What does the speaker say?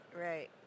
right